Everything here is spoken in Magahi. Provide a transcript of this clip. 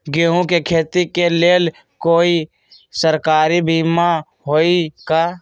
गेंहू के खेती के लेल कोइ सरकारी बीमा होईअ का?